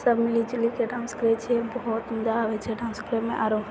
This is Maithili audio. सब मिलि जुलके डान्स करै छै बहुत मजा आबै छै डान्स करैमे आरो